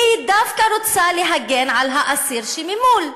היא דווקא רוצה להגן על האסיר שממול.